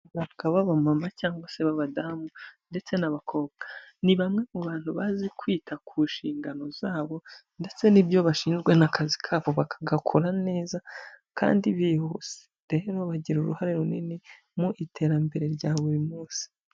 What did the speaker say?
Abaganga b'abamama cyangwa se b'abadamu ndetse n'abakobwa ni bamwe mu bantu bazi kwita ku nshingano zabo ndetse n'ibyo bashinzwe n'akazi kabo bakagakora neza kandi bihuse, rero bagira uruhare runini mu iterambere rya buri munsi.